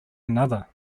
another